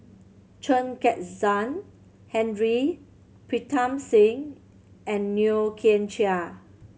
Chen Kezhan Henri Pritam Singh and Yeo Kian Chai